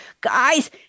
guys